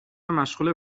مشغوله